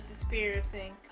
experiencing